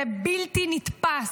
זה בלתי נתפס.